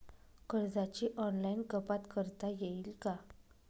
कर्जाची ऑनलाईन कपात करता येईल का?